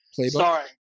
Sorry